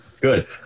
good